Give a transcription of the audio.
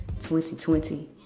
2020